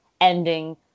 ending